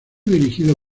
dirigido